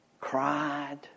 Cried